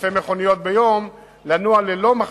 אלפי מכוניות ביום, לנוע ללא מחסום.